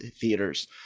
theaters